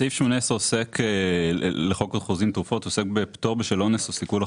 סעיף 18 לחוק החוזים (תרופות) עוסק בפטור בשל אונס או סיכול החוזה.